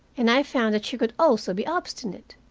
and i found that she could also be obstinate.